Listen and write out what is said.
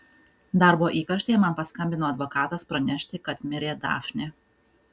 darbo įkarštyje man paskambino advokatas pranešti kad mirė dafnė